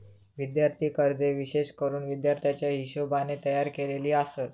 विद्यार्थी कर्जे विशेष करून विद्यार्थ्याच्या हिशोबाने तयार केलेली आसत